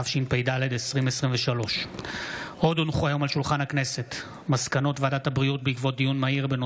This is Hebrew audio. התשפ"ד 2023. מסקנות ועדת הבריאות בעקבות דיון מהיר בהצעתו של חבר הכנסת